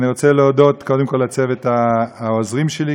ואני רוצה להודות קודם כול לצוות העוזרים שלי,